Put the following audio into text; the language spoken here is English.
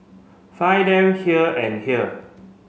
find them here and here